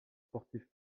sportifs